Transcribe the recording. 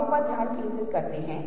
हम ऐसी धारणा क्यों बना रहे हैं